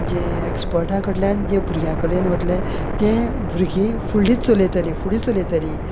जे ऍक्सपर्टा कडल्यान जे भुरग्यां कडेन वतले ते भुरगीं फुडली चलयतली फुडले चलयतली